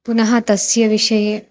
पुनः तस्य विषये